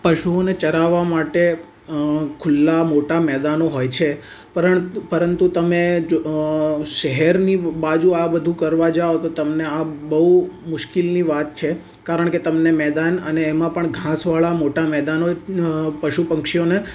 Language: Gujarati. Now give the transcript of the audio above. પશુઓને ચરાવવા માટે ખુલ્લાં મોટા મેદાનો હોય છે પરંતુ તમે જો શહેરની બાજું આ બધું કરવા જાવ તો તમને આ બહુ મુશ્કેલની વાત છે કારણ કે તમને મેદાન અને એમાં પણ ઘાસવાળાં મોટા મેદાનો પશુ પક્ષીઓને